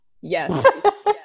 Yes